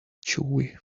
chewy